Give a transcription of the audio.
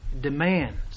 demands